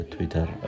Twitter